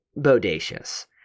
bodacious